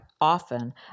often